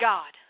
God